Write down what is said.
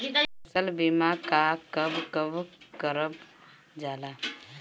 फसल बीमा का कब कब करव जाला?